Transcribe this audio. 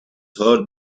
heart